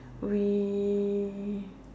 we